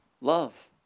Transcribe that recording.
love